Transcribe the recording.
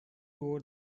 over